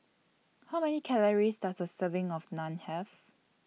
How Many Calories Does A Serving of Naan Have